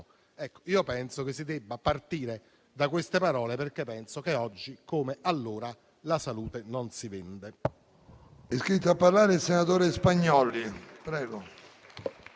Io ritengo che si debba partire da queste parole, perché penso che, oggi come allora, la salute non si vende.